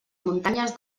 muntanyes